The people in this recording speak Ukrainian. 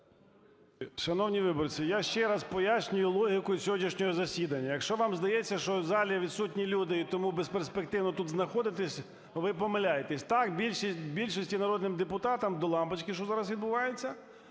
Шановні виборці, я ще раз пояснюю логіку сьогоднішнього засідання. Якщо вам здається, що в залі відсутні люди і тому безперспективно тут знаходитися, ви помиляєтеся. Так, більшості народним депутатам до лампочки, що зараз відбувається,